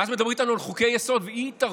ואז מדברים איתנו על חוקי-יסוד ואי-התערבות